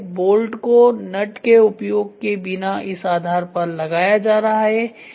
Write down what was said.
bolt को nut के उपयोग के बिना इस आधार पर लगाया जा रहा है